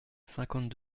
cinquante